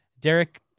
Derek